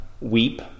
weep